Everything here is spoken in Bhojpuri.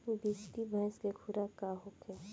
बिसुखी भैंस के खुराक का होखे?